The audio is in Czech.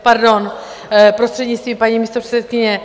Pardon, prostřednictvím paní místopředsedkyně.